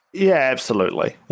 yeah, absolutely.